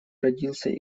родился